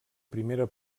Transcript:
primera